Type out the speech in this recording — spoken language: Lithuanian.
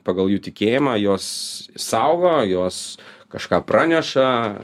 pagal jų tikėjimą jos saugo jos kažką praneša